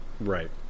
Right